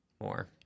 more